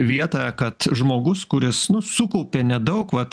vietą kad žmogus kuris nu sukaupė nedaug vat